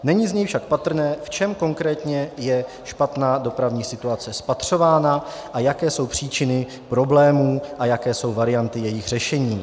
Není z něj však patrné, v čem konkrétně je špatná dopravní situace spatřována a jaké jsou příčiny problémů a jaké jsou varianty jejich řešení.